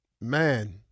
Man